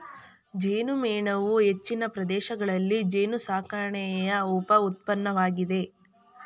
ಜೇನುಮೇಣವು ಹೆಚ್ಚಿನ ಪ್ರದೇಶಗಳಲ್ಲಿ ಜೇನುಸಾಕಣೆಯ ಉಪ ಉತ್ಪನ್ನವಾಗಿದೆ